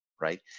right